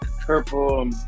purple